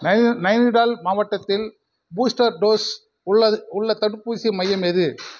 நைனி நைனிடால் மாவட்டத்தில் booster dose உள்ளது உள்ள தடுப்பூசி மையம் எது